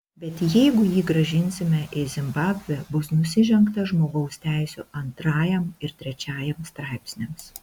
bet jeigu jį grąžinsime į zimbabvę bus nusižengta žmogaus teisių antrajam ir trečiajam straipsniams